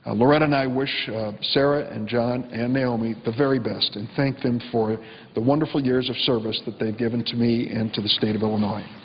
loretta and i wish sara and and naomi the very best and thank them for the wonderful years of service that they've given to me and to the state of illinois.